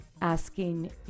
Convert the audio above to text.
asking